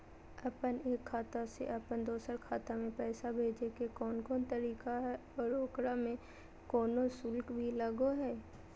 अपन एक खाता से अपन दोसर खाता में पैसा भेजे के कौन कौन तरीका है और ओकरा में कोनो शुक्ल भी लगो है की?